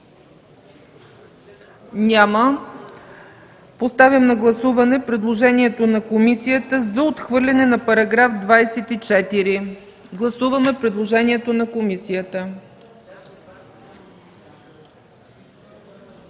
Няма. Поставям на гласуване предложението на комисията за отхвърляне на § 24. Гласуваме предложението на комисията.